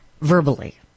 verbally